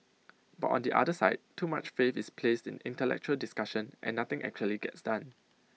but on the other side too much faith is placed in intellectual discussion and nothing actually gets done